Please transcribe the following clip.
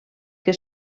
que